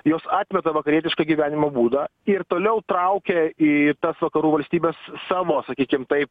jos atmeta vakarietišką gyvenimo būdą ir toliau traukia į tas vakarų valstybes savo sakykime taip be